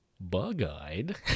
Bug-eyed